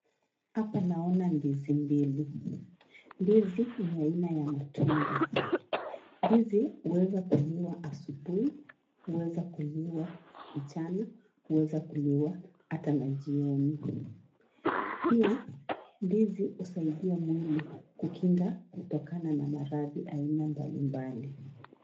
Hapa naona ndizi mbili. Ndizi ni aina ya matunda ndizi huweza kuliwa asubuhi, huweza kuliwa mchana, huweza kuliwa hata na jioni. Pia ndizi husaidia mwili kukinga kutokana na maradhi aina mbali mbali.